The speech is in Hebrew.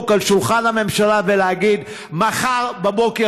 על שולחן הממשלה ולהגיד: מחר בבוקר,